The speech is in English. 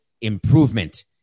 improvement